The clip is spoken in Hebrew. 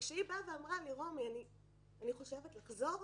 וכשהיא בא ואמרה לי: אני חושבת לחזור,